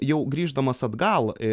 jau grįždamas atgal